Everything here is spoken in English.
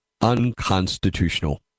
unconstitutional